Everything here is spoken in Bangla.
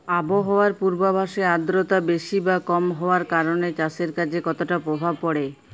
আবহাওয়ার পূর্বাভাসে আর্দ্রতা বেশি বা কম হওয়ার কারণে চাষের কাজে কতটা প্রভাব পড়ে?